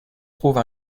trouve